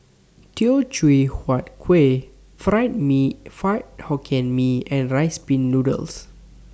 Teochew Huat Kuih Fried Mee Fried Hokkien Mee and Rice Pin Noodles